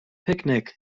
picnic